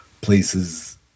places